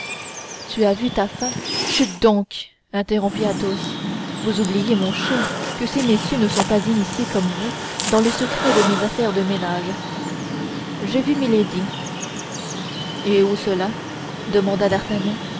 tu as vu ta fem chut donc interrompit athos vous oubliez mon cher que ces messieurs ne sont pas initiés comme vous dans le secret de mes affaires de ménage j'ai vu milady et où cela demanda d'artagnan